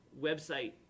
website